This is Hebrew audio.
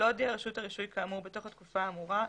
לא הודיעה רשות הרישוי כאמור בתוך התקופה האמורה,